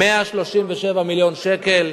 137 מיליון שקל.